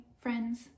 friends